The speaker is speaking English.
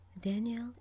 Daniel